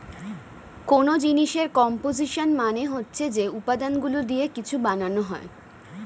কোন জিনিসের কম্পোসিশন মানে হচ্ছে যে উপাদানগুলো দিয়ে কিছু বানানো হয়